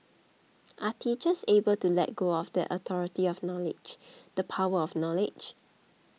are teachers able to let go of that authority of knowledge the power of knowledge